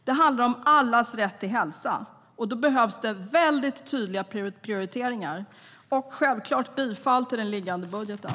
Det handlar om allas rätt till hälsa. Då behövs det tydliga prioriteringar. Självklart yrkar jag bifall till förslaget i betänkandet och till den liggande budgeten.